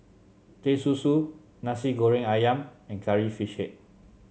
Teh Susu Nasi Goreng ayam and Curry Fish Head